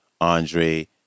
Andre